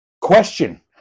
question